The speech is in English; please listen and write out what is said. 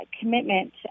commitment